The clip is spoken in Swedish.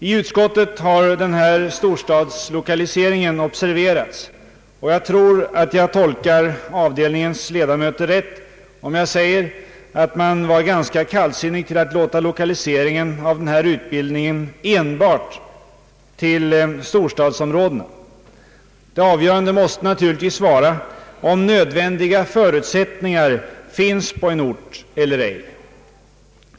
I utskottet har den här storstadslokaliseringen observerats, och jag tror att jag tolkar avdelningens ledamöter rätt om jag säger att man var ganska kallsinnig till att låsa lokaliseringen av denna utbildning enbart till storstadsområdena. Det avgörande måste naturligtvis vara om nödvändiga förutsättningar finns på en ort eller ej.